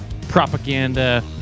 propaganda